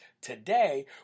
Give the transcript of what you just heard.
Today